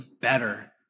better